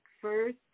First